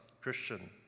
Christian